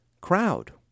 crowd